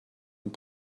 und